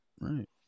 Right